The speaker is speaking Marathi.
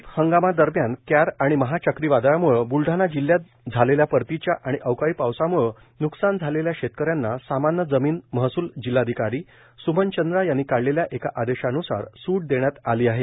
खरीप हंगामादरम्यान क्यार आणि महा चक्री वादळाम्ळे जिल्ह्यात झालेल्या परतीच्या आणि अवकाळी पावसाम्ळे न्कसान झालेल्या शेतकऱ्यांचा सामान्य जमीन महसूल जिल्हाधिकारी स्मन चंद्रा यांनी काढलेल्या एका आदेशान्सार स्ट देण्यात आली आहे